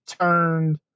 turned